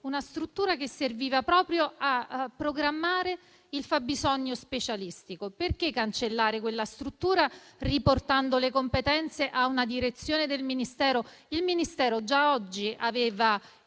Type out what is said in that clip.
una struttura che serviva proprio a programmare il fabbisogno specialistico. Perché cancellarla riportando le competenze a una direzione del Ministero? Il Ministero già oggi aveva